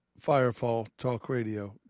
firefalltalkradio